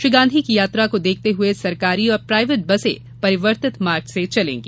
श्री गांधी की यात्रा को देखते हुए सरकारी और प्रायवेट बसें परिवर्तित मार्ग से चलेंगी